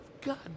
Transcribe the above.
God